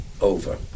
over